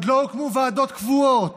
עוד לא הוקמו ועדות קבועות,